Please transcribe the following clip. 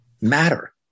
matter